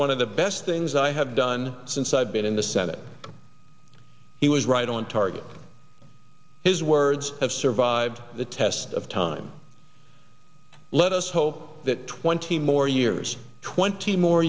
one of the best things i have done since i've been in the senate he was right on target his words have survived the test of time let us hope that twenty more years twenty more